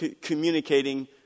communicating